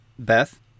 Beth